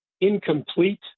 incomplete